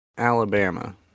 Alabama